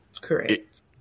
Correct